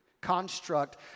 construct